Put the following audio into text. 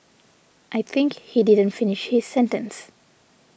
I think he didn't finish his sentence